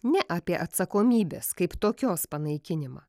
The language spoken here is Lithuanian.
ne apie atsakomybės kaip tokios panaikinimą